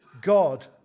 God